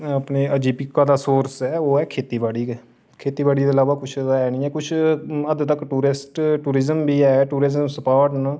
अपने आजीवका दा सोर्स ऐ ओह् ऐ खेती बाड़ी गै खेती बाड़ी दे इलावा कुछ ते है निं कुछ हद्द तक टूरिज्म बी हैन टूरिज्म स्पाट बी हैन